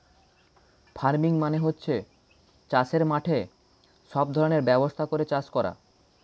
farming মানে হচ্ছে চাষের মাঠে সব ধরনের ব্যবস্থা করে চাষ করা